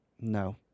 No